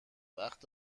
وقت